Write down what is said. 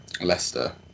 Leicester